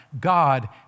God